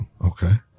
Okay